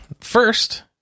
first